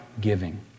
giving